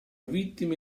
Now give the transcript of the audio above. vittima